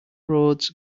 roads